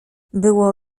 było